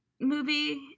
movie